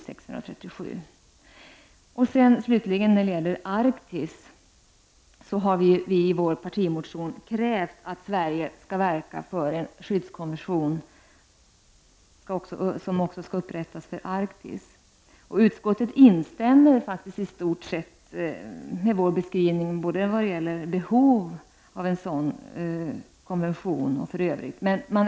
Slutligen har vi i vår partimotion krävt att Sverige skall verka för att en konvention upprättas också för Arktis. Utskottet instämmer i stort sett i vår beskrivning både vad gäller behovet av en sådan konvention och för övrigt.